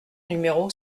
numéro